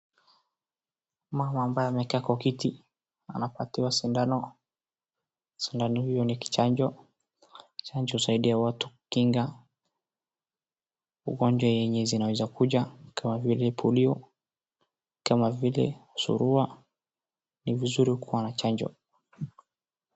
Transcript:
Mama ambaye amekaa kwa kiti anapatiwa sindano, sindano hiyo ni kichanjo, kichanjo husaidia watu kukinga ugonjwa yenye zinaeza kuja kama vile polio, surua. Ni vizuri kuwa na chanjo.